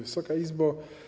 Wysoka Izbo!